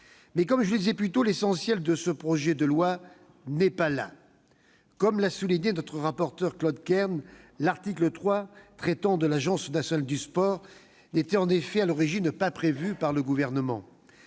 Comme je le disais, l'essentiel de ce projet de loi n'est pourtant pas là. Comme l'a souligné notre rapporteur Claude Kern, l'article 3, traitant de l'Agence nationale du sport, n'était, en effet, pas prévu à l'origine par le Gouvernement.